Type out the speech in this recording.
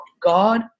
God